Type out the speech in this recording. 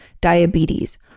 diabetes